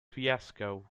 fiasco